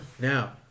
Now-